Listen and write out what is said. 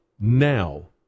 now